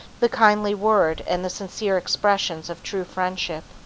the kindly word and the sincere expressions of true friendship.